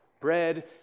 Bread